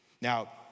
Now